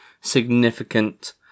significant